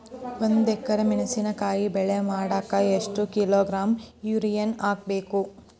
ಒಂದ್ ಎಕರೆ ಮೆಣಸಿನಕಾಯಿ ಬೆಳಿ ಮಾಡಾಕ ಎಷ್ಟ ಕಿಲೋಗ್ರಾಂ ಯೂರಿಯಾ ಹಾಕ್ಬೇಕು?